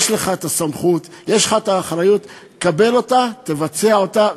יש לך סמכות, יש לך אחריות, קבל אותה, תבצע אותה.